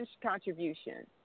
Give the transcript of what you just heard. contribution